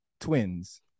twins